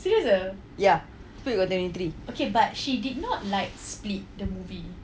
ya split got twenty three